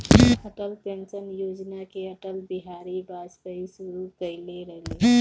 Atal pension Yojana के अटल बिहारी वाजपयी शुरू कईले रलें